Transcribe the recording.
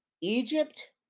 Egypt